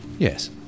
Yes